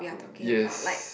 yes